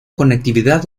conectividad